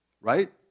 right